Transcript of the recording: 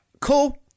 cool